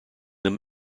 them